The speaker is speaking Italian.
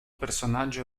personaggio